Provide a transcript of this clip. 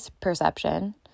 perception